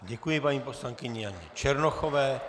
Děkuji paní poslankyni Janě Černochové.